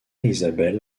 isabel